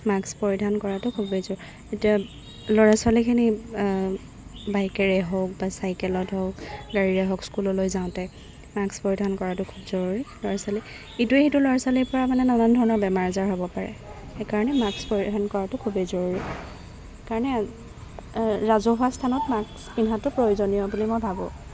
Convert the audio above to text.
mask পৰিধান কৰাটো খুবেই এতিয়া ল'ৰা ছোৱালীখিনিক বাইকেৰে হওক বা চাইকেলত হওক গাড়ীয়ে হওঁক স্কুললৈ যাওঁতে মাস্ক পৰিধান কৰাটো খুব জৰুৰী ইটোয়ে সিটো ল'ৰা ছোৱালী পৰা মানে নানা ধৰণৰ বেমাৰ আজাৰ হ'ব পাৰে সেইকাৰণে মাস্ক পৰিধান কৰাটো খুবেই জৰুৰী কাৰণে ৰাজহোৱা স্থানত মাস্ক পিন্ধাটো প্ৰয়োজনীয় বুলি মই ভাবোঁ